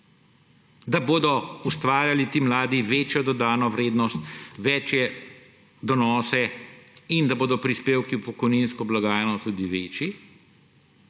da bodo ustvarjali ti mladi večjo dodano vrednost, večje donose, in da bodo prispevki v pokojninsko blagajno tudi večji,